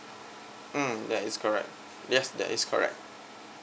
hmm that's correct yes that is correct